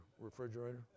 refrigerator